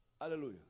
Hallelujah